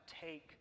take